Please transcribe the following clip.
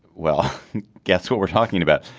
well guess what we're talking about.